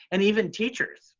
and even teachers,